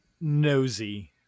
nosy